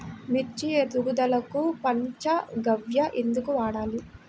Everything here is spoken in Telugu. మిర్చి ఎదుగుదలకు పంచ గవ్య ఎందుకు వాడాలి?